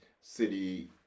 city